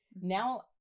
now